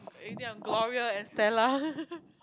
is it on Gloria and Stella